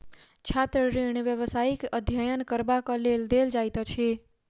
छात्र ऋण व्यवसायिक अध्ययन करबाक लेल देल जाइत अछि